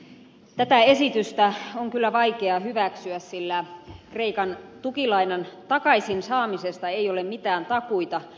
tätä esitystä on kyllä vaikea hyväksyä sillä kreikan tukilainan takaisin saamisesta ei ole mitään takuita